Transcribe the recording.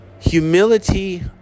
humility